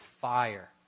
fire